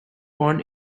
born